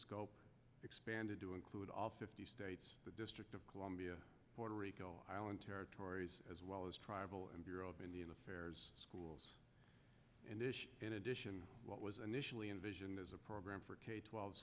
scope expanded to include all fifty states the district of columbia puerto rico island territories as well as tribal and bureau of indian affairs schools and in addition what was initially envisioned as a program for k twelve